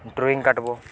drawing କାଟ୍ବ